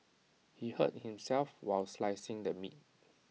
he hurt himself while slicing the meat